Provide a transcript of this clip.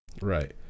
Right